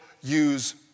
use